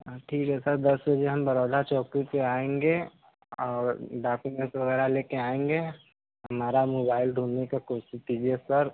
हँ ठीक है सर दस बजे हम बरौधा चौकी पर आएंगे और डाक्यूमेंस वगैरह ले कर आएंगे हमारा मोबाइल ढूंढ़ने का कोशिश कीजिए सर